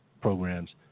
programs